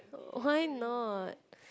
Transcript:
why not